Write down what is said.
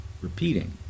Repeating